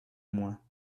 moins